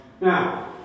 Now